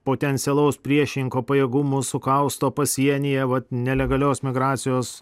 potencialaus priešininko pajėgumus sukausto pasienyje vat nelegalios migracijos